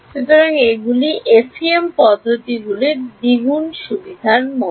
সুতরাং এগুলি FEM পদ্ধতিগুলির দ্বিগুণ সুবিধার মতো